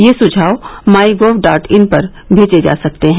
ये सुझाव my gov dot in पर भेजे जा सकते हैं